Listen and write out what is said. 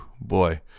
boy